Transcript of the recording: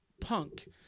punk